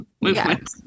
movement